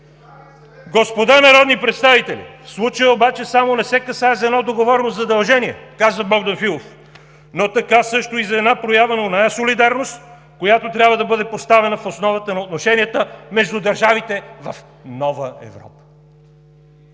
„Господа народни представители, в случая обаче само не се касае за едно договорно задължение – казва Богдан Филов – но така също и за една проява на онази солидарност, която трябва да бъде поставена в основата на отношенията между държавите в нова Европа.“